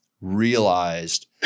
realized